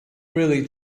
really